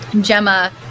Gemma